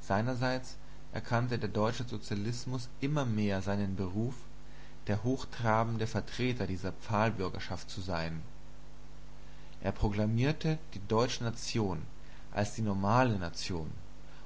seinerseits erkannte der deutsche sozialismus immer mehr seinen beruf der hochtrabende vertreter dieser pfahlbürgerschaft zu sein er proklamierte die deutsche nation als die normale nation